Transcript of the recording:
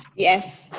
yes.